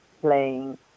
playing